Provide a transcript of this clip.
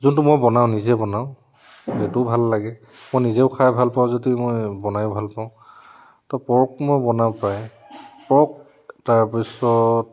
যোনটো মই বনাওঁ নিজে বনাওঁ সেইটোও ভাল লাগে মই নিজেও খাই ভালপাওঁ যদিও মই বনাই ভালপাওঁ ত' পৰ্ক মই বনাওঁ প্ৰায়ে পৰ্ক তাৰপিছত